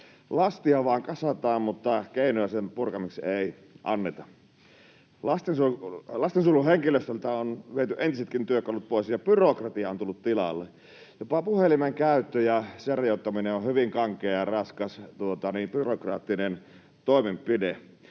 Lastia vain kasataan mutta keinoja sen purkamiseksi ei anneta. Lastensuojeluhenkilöstöltä on viety entisetkin työkalut pois, ja byrokratia on tullut tilalle. Jopa puhelimen käyttö ja sen rajoittaminen on hyvin kankea ja raskas byrokraattinen toimenpide.